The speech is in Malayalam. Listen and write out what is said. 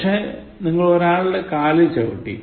പക്ഷേ നിങ്ങൾ ഒരാളുടെ കാലിൽ ചവിട്ടി